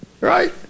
right